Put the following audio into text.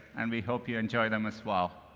and we hope you enjoy them as well.